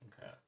Okay